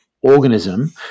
organism